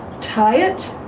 tie it